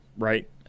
Right